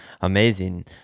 Amazing